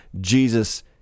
Jesus